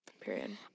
Period